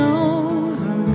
over